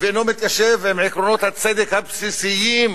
ואינו מתיישב עם עקרונות הצדק הבסיסיים,